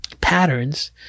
patterns